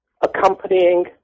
accompanying